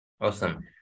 awesome